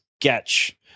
sketch